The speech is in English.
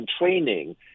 training